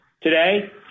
Today